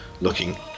looking